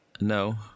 No